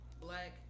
black